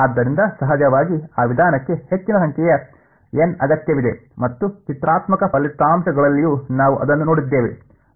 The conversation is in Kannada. ಆದ್ದರಿಂದ ಸಹಜವಾಗಿ ಆ ವಿಧಾನಕ್ಕೆ ಹೆಚ್ಚಿನ ಸಂಖ್ಯೆಯ N ಅಗತ್ಯವಿದೆ ಮತ್ತು ಚಿತ್ರಾತ್ಮಕ ಫಲಿತಾಂಶಗಳಲ್ಲಿಯೂ ನಾವು ಅದನ್ನು ನೋಡಿದ್ದೇವೆ